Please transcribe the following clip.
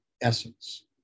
essence